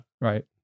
right